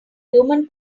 human